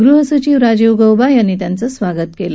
गृहसचिव राजीव गौबा यांनी त्यांचं स्वागत कालं